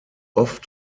oft